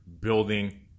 building